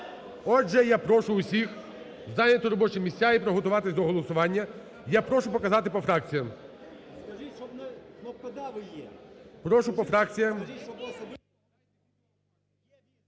Отже, я прошу усіх зайняти робочі місця і приготуватись до голосування. Я прошу показати по фракціях.